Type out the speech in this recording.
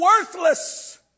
worthless